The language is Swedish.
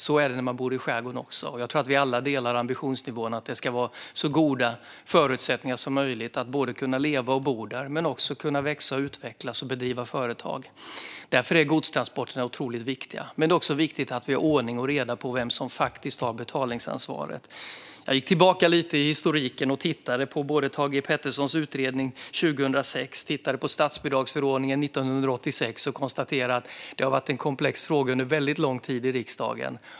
Så är det också när man bor i skärgården, och jag tror att vi alla delar ambitionsnivån att det ska vara så goda förutsättningar som möjligt för att kunna leva och bo där och kunna växa, utvecklas och bedriva företag. Därför är godstransporterna så viktiga. Men det är också viktigt att vi har ordning och reda på vem som faktiskt har betalningsansvaret. Jag gick tillbaka lite i historiken och tittade på Thage G Peterssons utredning från 2006 och statsbidragsförordningen från 1986 och konstaterade att detta har varit en komplex fråga under lång tid i riksdagen.